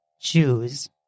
choose